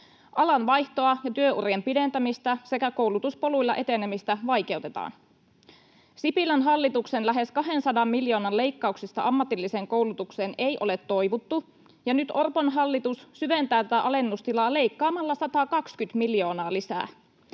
Alanvaihtoa ja työurien pidentämistä sekä koulutuspoluilla etenemistä vaikeutetaan. Sipilän hallituksen lähes 200 miljoonan leikkauksista ammatilliseen koulutukseen ei ole toivuttu, ja nyt Orpon hallitus syventää tätä alennustilaa leikkaamalla 120 miljoonaa lisää.